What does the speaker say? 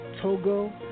Togo